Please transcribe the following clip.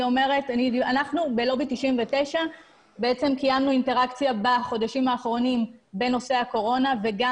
אנחנו בלובי 99 קיימנו אינטראקציה בחודשים האחרונים בנושא הקורונה וגם